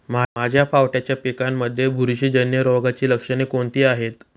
माझ्या पावट्याच्या पिकांमध्ये बुरशीजन्य रोगाची लक्षणे कोणती आहेत?